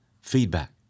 feedback